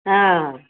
ହଁ